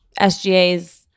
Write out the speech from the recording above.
SGA's